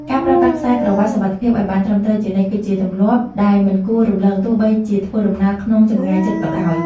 ការប្រើប្រាស់ខ្សែក្រវាត់សុវត្ថិភាពឱ្យបានត្រឹមត្រូវជានិច្ច គឺជាទម្លាប់ដែលមិនគួររំលងទោះបីជាធ្វើដំណើរក្នុងចម្ងាយជិតក៏ដោយ។